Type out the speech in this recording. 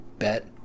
Bet